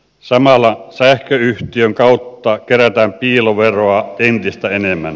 samalla sähköyhtiön kautta kerätään piiloveroa entistä enemmän